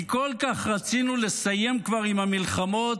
כי כל כך רצינו לסיים כבר עם המלחמות,